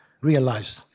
realize